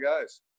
guys